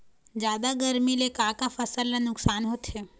जादा गरमी ले का का फसल ला नुकसान होथे?